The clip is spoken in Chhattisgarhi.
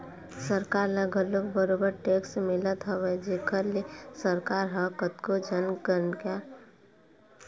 सरकार ल घलोक बरोबर टेक्स मिलत हवय जेखर ले सरकार ह कतको जन कल्यानकारी योजना चलावत हवय